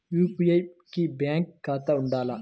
UPI కి bank ఖాతా ఉండాల?